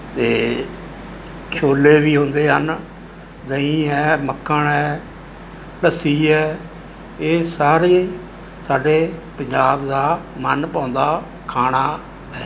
ਅਤੇ ਛੋਲੇ ਵੀ ਹੁੰਦੇ ਹਨ ਦਹੀਂ ਹੈ ਮੱਖਣ ਹੈ ਲੱਸੀ ਹੈ ਇਹ ਸਾਰੇ ਸਾਡੇ ਪੰਜਾਬ ਦਾ ਮਨਭਾਉਂਦਾ ਖਾਣਾ ਹੈ